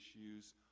issues